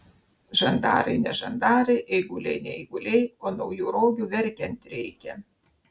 žandarai ne žandarai eiguliai ne eiguliai o naujų rogių verkiant reikia